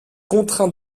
contraint